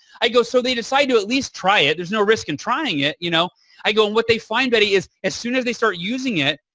i go, so, they decide to at least try it. there's no risk in trying it. you know i go, what they find, betty, is as soon as they start using it,